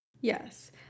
Yes